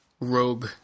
rogue